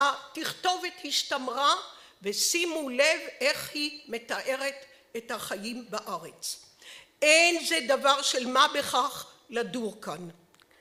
התכתובת השתמרה ושימו לב איך היא מתארת את החיים בארץ. אין זה דבר של מה בכך לדור כאן.